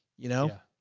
you know,